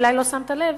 אולי לא שמת לב,